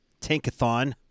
tankathon